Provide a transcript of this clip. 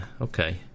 okay